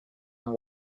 than